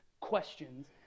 questions